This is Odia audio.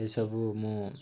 ଏସବୁ ମୁଁ